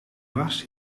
barst